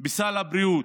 בסל הבריאות,